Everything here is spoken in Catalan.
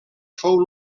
fou